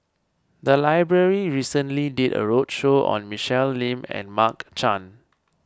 the library recently did a roadshow on Michelle Lim and Mark Chan